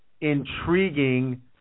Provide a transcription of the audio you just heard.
Intriguing